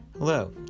Hello